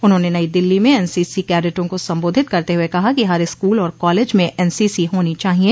उन्होंने नई दिल्ली में एनसीसी कैडेटों को सम्बोधित करते हुए कहा कि हर स्कूल और कॉलेज में एनसीसी होनी चाहिए